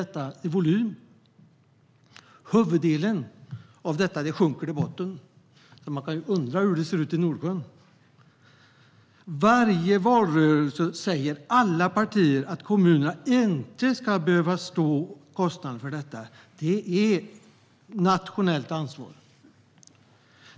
Huvuddelen av detta sjunker till botten, så man kan ju undra hur det ser ut i Nordsjön. Under varje valrörelse säger alla partier att kommunerna inte ska behöva stå för kostnaden för detta utan att det är ett nationellt ansvar.